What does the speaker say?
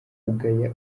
ugaya